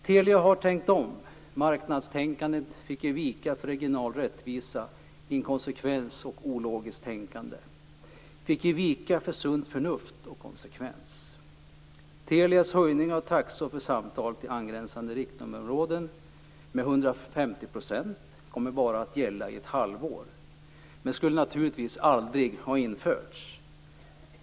Telia har tänkt om. Marknadstänkandet fick ge vika för regional rättvisa. Inkonsekvens och ologiskt tänkande fick ge vika för sunt förnuft och konsekvens. Telias höjning av taxor för samtal till angränsande riktnummerområden med 150 % kommer bara att gälla i ett halvår men skulle naturligtvis aldrig ha införts.